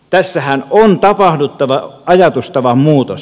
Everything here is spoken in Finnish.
tässä on tapahduttava ajatustavan muutos